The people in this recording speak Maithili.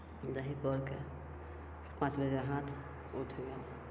दही पौरिके पाँच बजे हाथ उठि गेल